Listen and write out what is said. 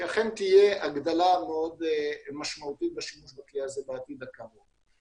שאכן תהיה הגדלה מאוד משמעותית בשימוש בכלי הזה בעתיד הקרוב.